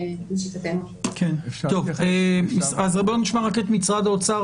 נשמע את עמדת משרד האוצר